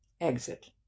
Exit